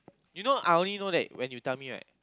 you know I only know that when you tell me right